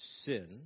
sin